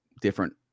different